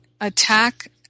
attack